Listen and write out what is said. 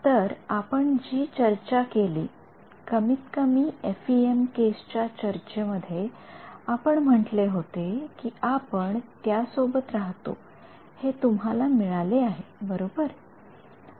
तर आपण जी चर्चा केली कमीतकमी एफइएम केस च्या चर्चे मध्ये आपण म्हंटले होते कि आपण त्या सोबत राहतोहे तुम्हाला मिळाले आहे बरोबर